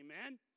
Amen